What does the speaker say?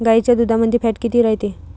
गाईच्या दुधामंदी फॅट किती रायते?